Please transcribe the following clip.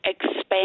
expand